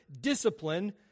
discipline